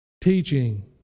teaching